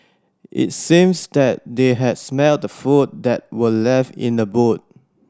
it seems that they had smelt the food that were left in the boot